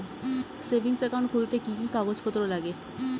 Savings account খুলতে কি কি কাগজপত্র লাগে?